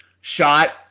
shot